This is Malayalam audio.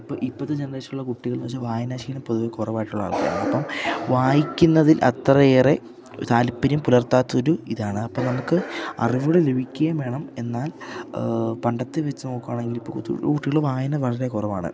ഇപ്പോള് ഇപ്പോഴത്തെ ജനറേഷനിലുള്ള കുട്ടികളെന്നുവെച്ചാല് വായനാശീലം പൊതുവേ കുറവായിട്ടുള്ള ആൾക്കാരാണ് അപ്പം വായിക്കുന്നതിൽ അത്രയേറെ താല്പര്യം പുലർത്താത്തൊരു ഇതാണ് അപ്പോള് നമുക്ക് അറിവുകള് ലഭിക്കുകയും വേണം എന്നാൽ പണ്ടത്തെ വെച്ച് നോക്കുകയാണെങ്കിൽ ഇപ്പോള് കൊച്ചു കുട്ടികള് വായന വളരെ കുറവാണ്